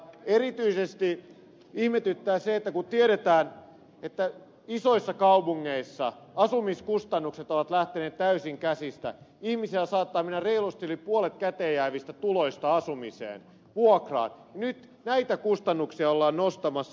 erityisesti ihmetyttää se että kun tiedetään että isoissa kaupungeissa asumiskustannukset ovat lähteneet täysin käsistä ihmisillä saattaa mennä reilusti yli puolet käteenjäävistä tuloista asumiseen vuokraan nyt näitä kustannuksia ollaan nostamassa